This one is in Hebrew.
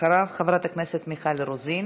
אחריו, חברת הכנסת מיכל רוזין.